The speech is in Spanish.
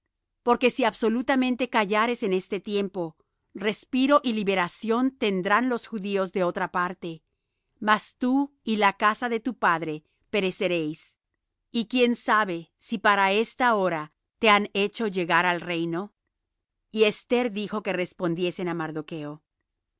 porque si absolutamente callares en este tiempo respiro y libertación tendrán los judíos de otra parte mas tú y la casa de tu padre pereceréis y quién sabe si para esta hora te han hecho llegar al reino y esther dijo que respondiesen á mardocho